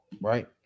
right